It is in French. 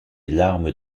l’arme